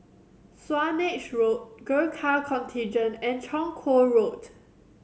Swanage Road Gurkha Contingent and Chong Kuo Road